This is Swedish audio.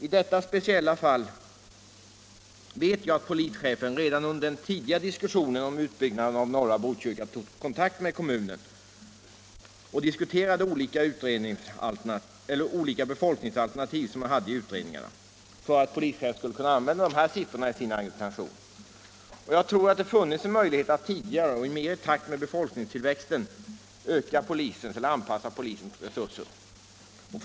I detta speciella fall vet jag att polischefen redan under den tidiga diskussionen om utbyggnaden av norra Botkyrka tog kontakt med kommunen och diskuterade olika befolkningsalternativ, som förts fram i utredningar, för att siffrorna skulle kunna användas i polischefens argumentation. Jag tror att det hade funnits en möjlighet att tidigare och mera i takt med befolkningstillväxten anpassa polisens resurser till situationen.